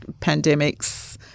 pandemics